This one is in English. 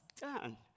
done